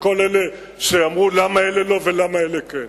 לכל אלה שאמרו למה אלה לא ולמה אלה כן.